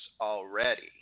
already